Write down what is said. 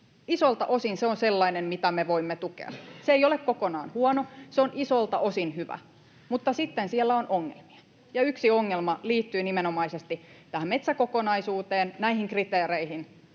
Isoilta osin se on sellainen, mitä me voimme tukea. Se ei ole kokonaan huono, se on isoilta osin hyvä. Mutta sitten siellä on ongelmia, ja yksi ongelma liittyy nimenomaisesti tähän metsäkokonaisuuteen, näihin kriteereihin,